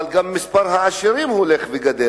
אבל גם מספר העשירים הולך וגדל.